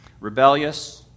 rebellious